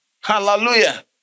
Hallelujah